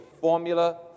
formula